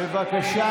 בבקשה,